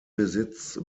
besitz